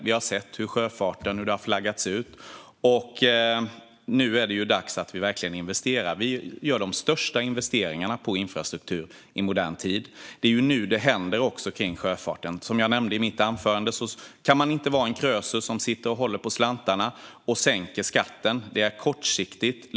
Vi har sett hur det har flaggats ut i sjöfarten. Nu är det verkligen dags att investera. Vi gör de största investeringarna i infrastruktur i modern tid. Det är också nu det händer i sjöfarten. Som jag nämnde i mitt anförande kan man inte vara en krösus som sitter och håller på slantarna och sänker skatten. Det är kortsiktigt.